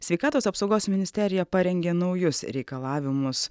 sveikatos apsaugos ministerija parengė naujus reikalavimus